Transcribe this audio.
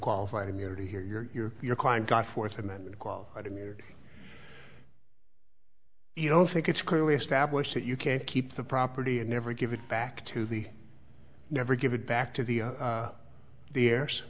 qualified immunity here you're your client got fourth amendment qualified immunity you don't think it's clearly established that you can't keep the property and never give it back to the never give it back to the the heirs